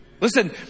Listen